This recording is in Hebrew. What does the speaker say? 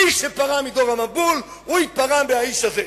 מי שפרע מדור המבול, הוא ייפרע מהאיש הזה.